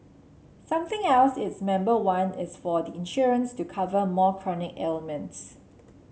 something else its member want is for the insurance to cover more chronic ailments